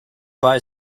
buy